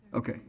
okay,